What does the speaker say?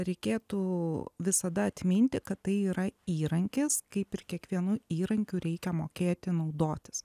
reikėtų visada atminti kad tai yra įrankis kaip ir kiekvienu įrankiu reikia mokėti naudotis